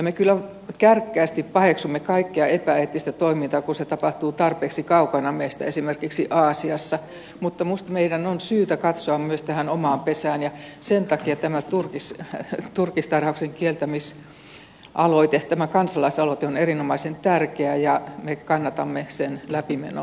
me kyllä kärkkäästi paheksumme kaikkea epäeettistä toimintaa kun se tapahtuu tarpeeksi kaukana meistä esimerkiksi aasiassa mutta minusta meidän on syytä katsota myös tähän omaan pesään ja sen takia tämä turkistarhauksen kieltävä kansalaisaloite on erinomaisen tärkeä ja me kannatamme sen läpimenoa